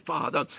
Father